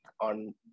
on